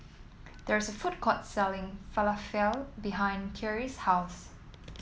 there is a food court selling Falafel behind Kyrie's house